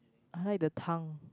I like the tongue